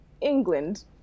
England